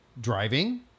driving